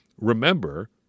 Remember